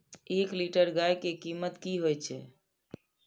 एक लीटर गाय के कीमत कि छै?